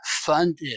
funded